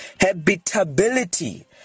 habitability